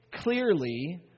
clearly